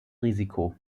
risiko